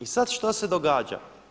I sada što se događa?